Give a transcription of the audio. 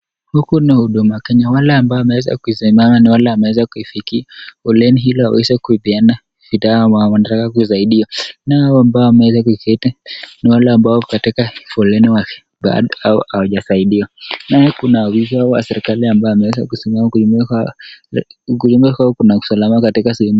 huku ni huduma kenya, wale ambao wameweza kusimama ni wale ambao wameweza kuifikiwa foleni hilo ili waweze kupeana dawa ama wanaweze kujisaidia, nao ambao wameweza kuketi ni wale ambao katika foleni au hawajasaidia, nao kuna ofisa wa serikali ambao wameweza kusimama kuimarisha usalama katika sehemu.